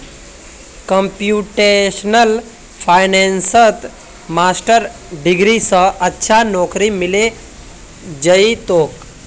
computational फाइनेंसत master degree स अच्छा नौकरी मिले जइ तोक